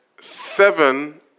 seven